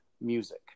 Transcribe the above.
music